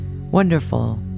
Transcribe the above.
wonderful